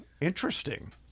Interesting